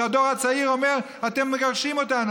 שהדור הצעיר אומר: אתם מגרשים אותנו.